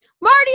Marty